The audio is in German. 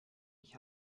ich